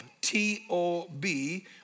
T-O-B